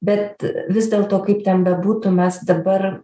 bet vis dėlto kaip ten bebūtų mes dabar